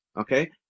okay